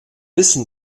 wissen